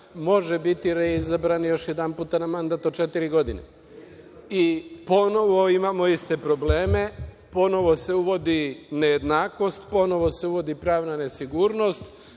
može biti reizabran još jedanput na mandat od četiri godine. Ponovo imamo iste probleme, ponovo se uvodi nejednakost, ponovo se uvodi pravna nesigurnost,